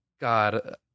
God